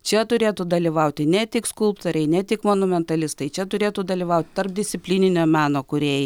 čia turėtų dalyvauti ne tik skulptoriai ne tik monumentalistai čia turėtų dalyvauti tarpdisciplininio meno kūrėjai